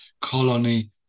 colony